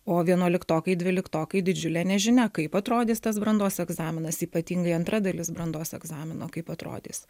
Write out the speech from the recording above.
o vienuoliktokai dvyliktokai didžiulė nežinia kaip atrodys tas brandos egzaminas ypatingai antra dalis brandos egzamino kaip atrodys